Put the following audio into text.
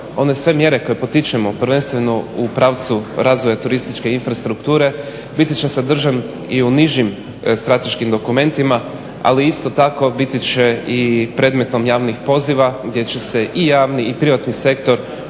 one sve mjere koje potičemo, prvenstveno u pravcu razvoja turističke infrastrukture biti će sadržan i u nižim strateškim dokumentima, ali isto tako biti će i predmetom javnih poziva gdje će se i javni i privatni sektor